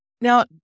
Now